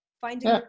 finding-